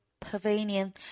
pavilion